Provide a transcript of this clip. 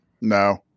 No